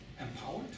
empowered